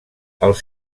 els